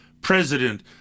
president